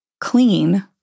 clean